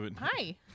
Hi